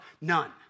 none